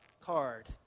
card